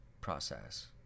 process